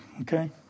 okay